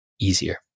easier